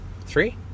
Three